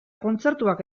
kontzertuak